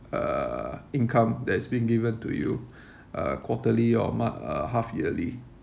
uh income that's been given to you uh quarterly or mark uh half-yearly